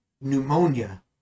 Pneumonia